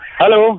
Hello